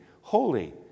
Holy